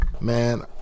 Man